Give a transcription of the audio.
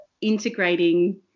integrating